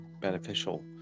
beneficial